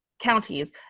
counties,